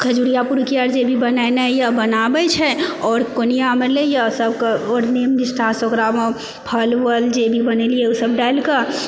खजुरिया पुरुकिया जेभी बनेनाइ यऽबनाबैछै आओर कोनियामे लेइए सबकेँ ओ नियम निष्ठासँ ओकरा फल वल जेभी बनेलिऐ ओ सब डालिके